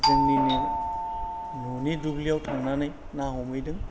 जोंनिनो न'नि दुब्लियाव थांनानै ना हमहैदों